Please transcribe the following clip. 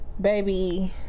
Baby